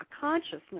consciousness